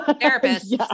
therapist